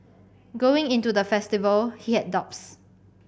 going into the festival he had doubts